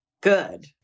good